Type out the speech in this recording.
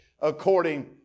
according